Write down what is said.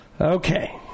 Okay